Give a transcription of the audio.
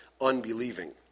Unbelieving